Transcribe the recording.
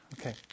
Okay